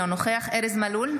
אינו נוכח ארז מלול,